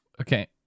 Okay